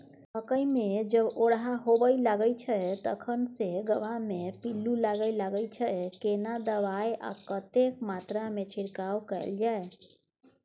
मकई मे जब ओरहा होबय लागय छै तखन से गबहा मे पिल्लू लागय लागय छै, केना दबाय आ कतेक मात्रा मे छिरकाव कैल जाय?